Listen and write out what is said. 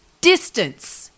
Distance